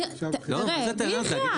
תראה, בחייאת.